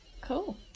cool